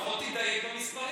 לפחות תדייק במספרים.